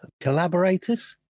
collaborators